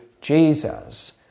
Jesus